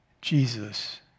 Jesus